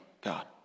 God